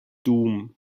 doom